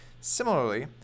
Similarly